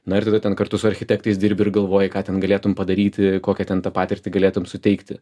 na ir tada ten kartu su architektais dirbi ir galvoji ką ten galėtum padaryti kokią ten tą patirtį galėtum suteikti